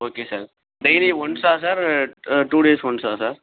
okay sir daily ஒன்ஸா sir two days ஒன்ஸா sir